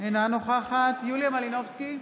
אינה נוכחת יוליה מלינובסקי,